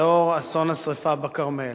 לאור אסון השרפה בכרמל,